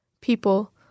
People